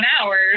hours